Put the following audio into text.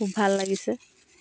খুব ভাল লাগিছে